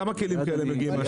כמה כלים כאלה מגיעים מהשטחים?